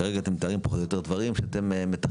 כרגע אתם מתארים פחות או יותר דברים שאתם מתכללים,